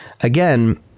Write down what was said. Again